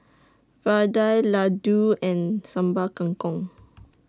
Vadai Laddu and Sambal Kangkong